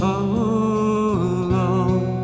alone